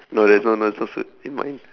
no there's no no s~ no suit do you mind